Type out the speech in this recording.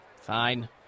Fine